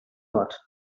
not